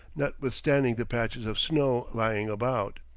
notwithstanding the patches of snow lying about.